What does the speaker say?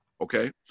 Okay